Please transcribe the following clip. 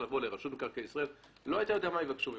למינהל מקרקעי ישראל לא היית יודע מה יבקשו ממך.